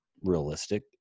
realistic